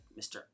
Mr